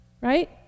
Right